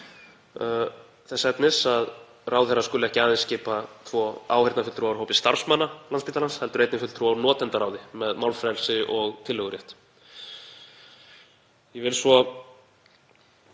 efnis að ráðherra skuli ekki aðeins skipa tvo áheyrnarfulltrúa úr hópi starfsmanna Landspítalans heldur einnig fulltrúa úr notendaráði með málfrelsi og tillögurétt. Ég vil svo